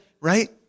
right